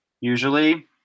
Usually